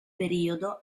periodo